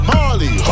Marley